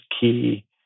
key